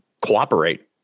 cooperate